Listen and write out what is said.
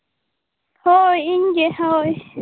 ᱦᱳᱭ ᱤᱧᱜᱮ ᱦᱳᱭ